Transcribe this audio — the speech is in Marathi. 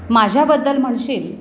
माझ्याबद्दल म्हणशील